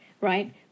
right